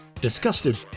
Disgusted